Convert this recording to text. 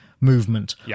movement